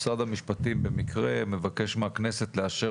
אם משרד המשפטים במקרה מבקש מהכנסת לאשר